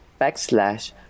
backslash